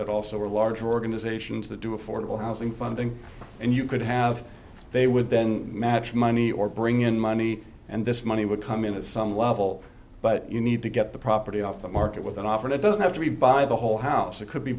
that also are large organizations that do affordable housing funding and you could have they would then match money or bring in money and this money would come in at some level but you need to get the property off the market with an offer that doesn't have to be by the whole house it could be